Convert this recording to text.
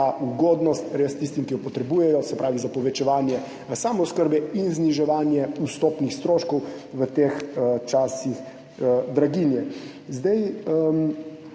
ta ugodnost res tistim, ki jo potrebujejo, se pravi za povečevanje samooskrbe in zniževanje vstopnih stroškov v teh časih draginje.